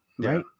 right